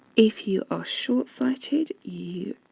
if you are short-sighted, you